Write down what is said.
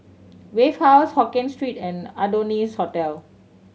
Wave House Hokien Street and Adonis Hotel